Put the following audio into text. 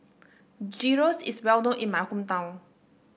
gyros is well known in my hometown